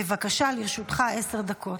בבקשה, לרשותך עשר דקות.